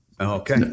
Okay